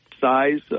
size